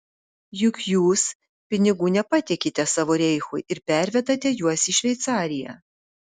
juk jūs pinigų nepatikite savo reichui ir pervedate juos į šveicariją